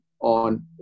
on